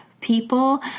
people